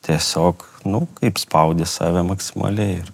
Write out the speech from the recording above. tiesiog nu kaip spaudi save maksimaliai ir